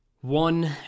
one